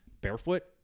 barefoot